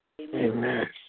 Amen